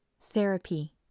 Therapy